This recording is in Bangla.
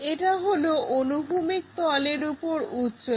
এটা হলো অনুভূমিক তলের ওপর উচ্চতা